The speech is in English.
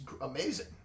amazing